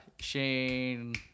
Shane